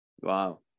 Wow